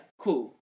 Cool